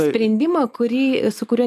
sprendimą kurį su kuriuo